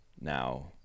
now